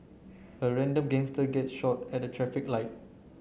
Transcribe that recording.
a random gangster gets shot at a traffic light